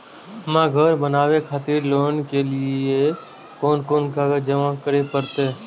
हमरा घर बनावे खातिर लोन के लिए कोन कौन कागज जमा करे परते?